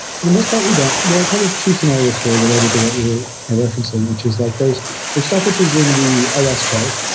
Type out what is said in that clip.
for the most part, we don't. there are kind of two scenarios here related to what you are referencing, which is like there's there's stuff which is in the os code,